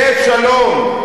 יהיה שלום,